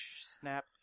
Snap